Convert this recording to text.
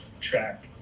track